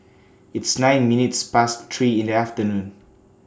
its nine minutes Past three in The afternoon